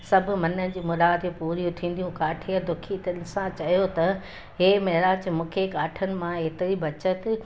सभु मन जूं मुरादूं पुरियूं थींदियूं काठीअ दुखी दिलि सां चयो त हे महिराज मूंखे काठियुनि मां एतिरी बचति